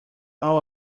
all